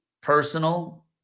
personal